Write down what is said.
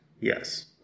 Yes